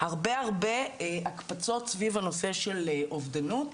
הרבה הקפצות סביב הנושא של אובדנות.